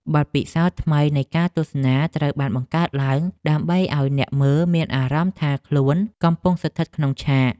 បទពិសោធន៍ថ្មីនៃការទស្សនាត្រូវបានបង្កើតឡើង ដើម្បីឱ្យអ្នកមើលមានអារម្មណ៍ថាខ្លួនកំពុងស្ថិតក្នុងឆាក។